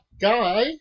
guy